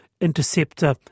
Interceptor